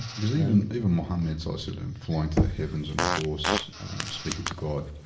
because even even muhammad saw salim flowing to the heavens and a horse speaking to god,